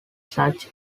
such